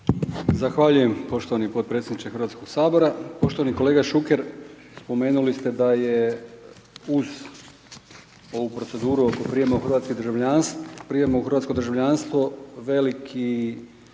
Zahvaljujem poštovani podpredsjedniče Hrvatskog sabora, poštovani kolega Šuker, spomenuli ste da je uz ovu proceduru oko prijema u hrvatsko državljanstvo, veliko